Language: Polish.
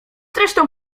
zresztą